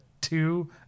two